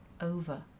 over